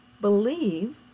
believe